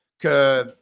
que